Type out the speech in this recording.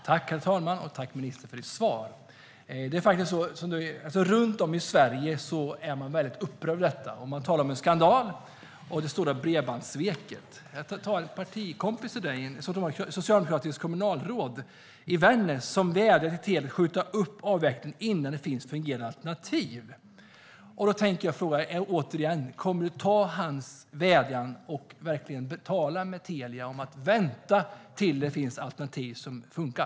Herr talman! Tack, ministern, för ditt svar! Runt om i Sverige är man väldigt upprörd över detta. Man talar om en skandal och det stora bredbandssveket. En partikompis till dig, ett socialdemokratiskt kommunalråd i Vännäs, har vädjat till Telia om att skjuta upp avvecklingen tills fungerande alternativ finns. Jag vill återigen fråga: Kommer du att ta till dig hans vädjan och tala med Telia om att vänta tills det finns alternativ som funkar?